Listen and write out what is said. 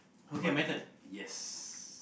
buddy yes